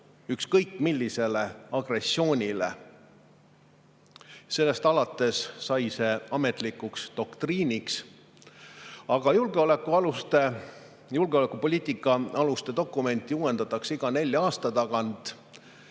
ükskõik millisele agressioonile. Sellest alates sai see ametlikuks doktriiniks. Aga julgeolekupoliitika aluste dokumenti uuendatakse iga nelja aasta tagant.